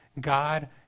God